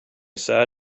said